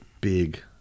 big